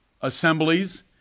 assemblies